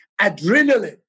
adrenaline